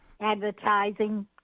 advertising